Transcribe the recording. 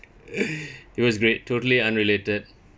it was great totally unrelated